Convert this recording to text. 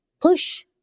push